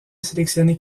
sélectionné